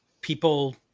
people